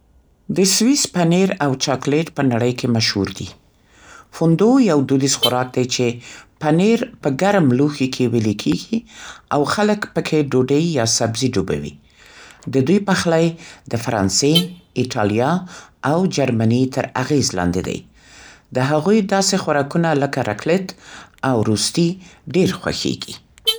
د سویس پنیر او چاکلیټ په نړۍ کې مشهور دی. «فوندو» یو دودیز خوراک دی چې پنیر په ګرم لوښي کې وېلې کېږي او خلک پکې ډوډۍ یا سبزي ډوبوي. د دوی پخلی د فرانسې، ایټالیا او جرمني تر اغېز لاندې دی. د هغوی داسې خوراکونه لکه «راکلېت» او «روستی» ډېر خوښیږي.